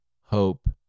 hope